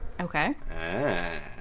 Okay